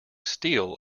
steel